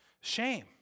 Shame